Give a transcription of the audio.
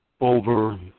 over